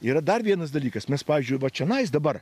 yra dar vienas dalykas mes pavyzdžiui va čionais dabar